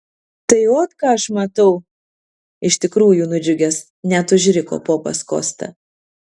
tai ot ką aš matau iš tikrųjų nudžiugęs net užriko popas kosta